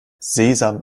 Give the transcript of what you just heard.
sesam